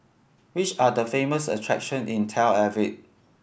which are the famous attraction in Tel Aviv